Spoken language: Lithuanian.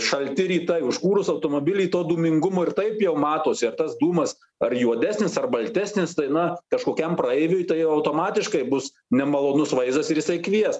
šalti rytai užkūrus automobilį to dūmingumo ir taip jau matosi ar tas dūmas ar juodesnis ar baltesnis tai na kažkokiam praeiviui tai automatiškai bus nemalonus vaizdas ir jisai kvies